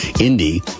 Indy